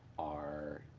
are